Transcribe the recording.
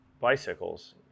bicycles